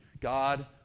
God